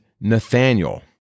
Nathaniel